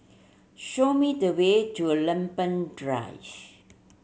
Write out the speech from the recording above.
show me the way to Lempeng Drive